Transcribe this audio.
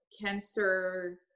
cancer